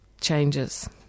changes